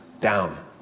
down